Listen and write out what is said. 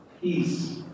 peace